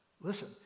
Listen